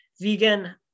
vegan